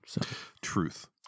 Truth